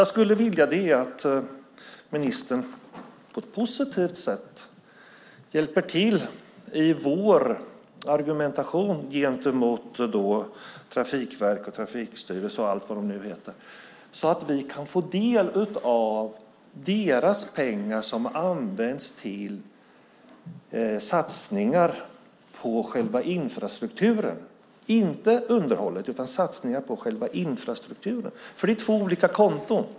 Jag skulle vilja att ministern på ett positivt sätt hjälper till i vår argumentation gentemot Trafikverket, Trafikstyrelsen och allt vad de nu heter så att vi kan få del av deras pengar, som används till satsningar på själva infrastrukturen - inte underhållet utan alltså själva infrastrukturen - för det är två olika konton.